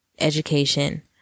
education